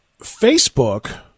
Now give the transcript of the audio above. Facebook